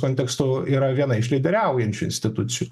kontekstu yra viena iš lyderiaujančių institucijų